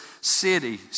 city